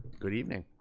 good evening.